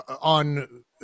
on